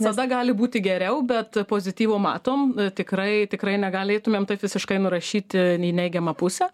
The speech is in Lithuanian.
visada gali būti geriau bet pozityvo matom tikrai tikrai negalėtumėm taip visiškai nurašyti į neigiamą pusę